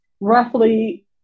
roughly